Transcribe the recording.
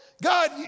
God